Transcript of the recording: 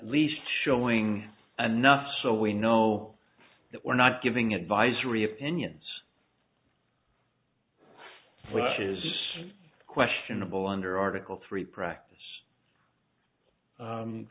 least showing anough so we know that we're not giving advisory opinions which is questionable under article three practice